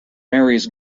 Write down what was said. marries